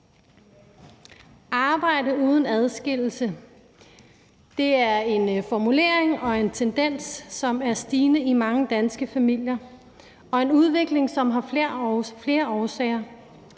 »Arbejde uden adskillelse« er en formulering og en tendens, som er stigende i mange danske familier, og det er en udvikling, som har flere årsager,